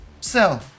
sell